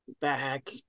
back